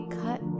cut